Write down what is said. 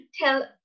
tell